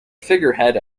figurehead